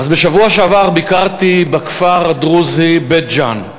אז בשבוע שעבר ביקרתי בכפר הדרוזי בית-ג'ן.